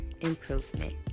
improvement